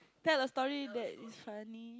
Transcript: tell a story that is funny